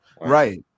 Right